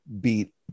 beat